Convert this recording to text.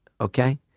Okay